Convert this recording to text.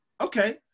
Okay